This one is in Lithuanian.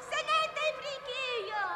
seniai taip reikėjo